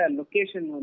location